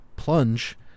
plunge